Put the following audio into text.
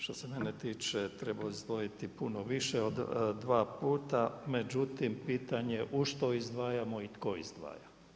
Što se mene tiče treba izdvojiti puno više od dva puta, međutim pitanje u što izdvajamo i tko izdvaja.